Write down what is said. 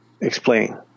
explain